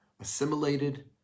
assimilated